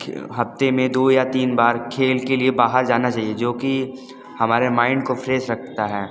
हफ्ते में दो या तीन बार खेल के लिए बाहर जाना चाहिए जो कि हमारे माइंड को फ्रेश रखता है